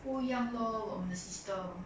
不一样 lor 我们的 system